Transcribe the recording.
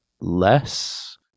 less